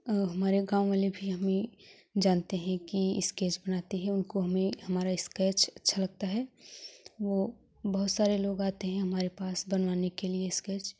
हमारे गाँव वाले हमें जानते हैं की स्केच बनाती हैं उनको हमें हमारा स्केच अच्छा लगता है वो बहुत सारे लोग आते हैं हमारे पास बनवाने के लिए स्केच